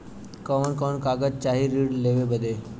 कवन कवन कागज चाही ऋण लेवे बदे?